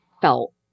felt